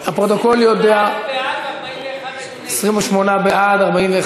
28. מה אמרתי?